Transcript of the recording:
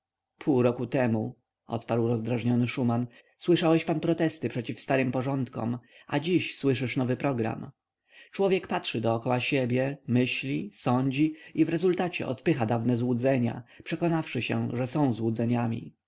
pół roku temu odparł rozdrażniony szuman słyszałeś pan protesty przeciw starym porządkom a dziś słyszysz nowy program człowiek patrzy dokoła siebie myśli sądzi i w rezultacie odpycha dawne złudzenia przekonawszy się że są złudzeniami